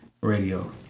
radio